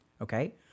okay